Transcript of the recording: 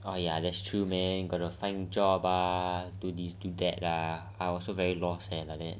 oh ya that's true man got to find job lah do these do that lah I also very lost eh